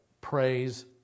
praise